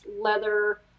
leather